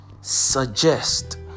Suggest